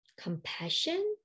compassion